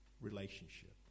relationship